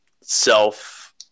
self